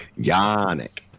Yannick